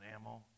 ammo